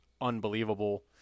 unbelievable